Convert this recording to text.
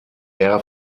air